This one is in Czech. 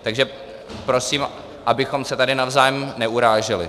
Takže prosím, abychom se tady navzájem neuráželi.